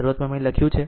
શરૂઆતમાં મેં લખ્યું છે